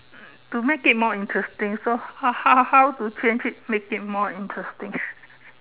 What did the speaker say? to make it more interesting so how how to change it make it more interesting